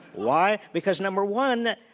why? because number one,